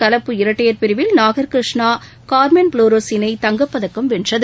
கலப்பு இரட்டையர் பிரிவில் நாகர் கிருஷ்ணா கார்மென் புளோரஸ் இணை தங்கப் பதக்கம் வென்றது